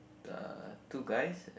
uh two guys